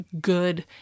good